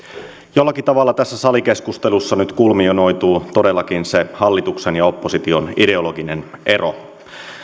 jollakin tavalla tässä salikeskustelussa nyt kulminoituu todellakin se hallituksen ja opposition ideologinen ero